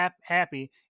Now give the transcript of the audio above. happy